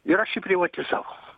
ir aš jį privatizavau